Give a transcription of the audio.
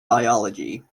biology